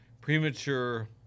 premature